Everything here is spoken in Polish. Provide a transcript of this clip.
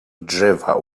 drzewa